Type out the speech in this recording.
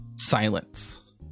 silence